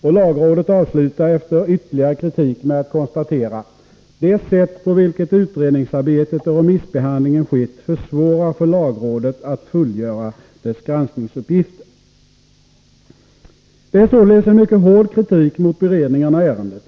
Och lagrådet avslutar efter ytterligare kritik med att konstatera: ”Det sätt på vilket utredningsarbetet och remissbehandlingen skett försvårar för lagrådet att fullgöra dess granskningsuppgifter.” Det är således en mycket hård kritik mot beredningen av ärendet.